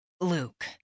Luke